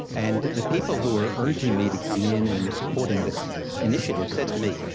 and the people who were urging me to come in and supporting this initiative said to me,